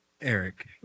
eric